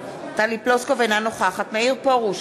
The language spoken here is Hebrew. אינה נוכחת מאיר פרוש,